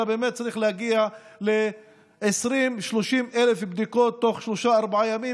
אלא באמת צריך להגיע ל-20,000 30,000 בדיקות תוך שלושה-ארבעה ימים,